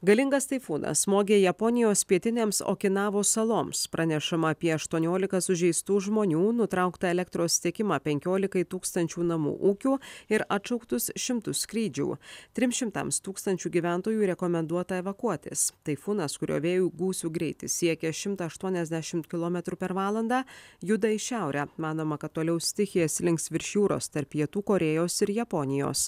galingas taifūnas smogė japonijos pietinėms okinavos saloms pranešama apie aštuoniolika sužeistų žmonių nutrauktą elektros tiekimą penkiolikai tūkstančių namų ūkių ir atšauktus šimtus skrydžių trims šimtams tūkstančių gyventojų rekomenduota evakuotis taifūnas kurio vėjų gūsių greitis siekia šimtą aštuoniasdešimt kilometrų per valandą juda į šiaurę manoma kad toliau stichija slinks virš jūros tarp pietų korėjos ir japonijos